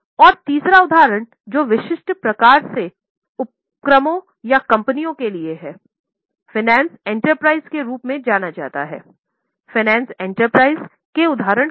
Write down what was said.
और तीसरा उदाहरण जो विशिष्ट प्रकार के उपक्रमों या कंपनी के लिए हैफाइनेंस इंटरप्राइजेज के उदाहरण क्या हैं